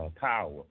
power